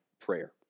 prayer